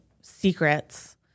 secrets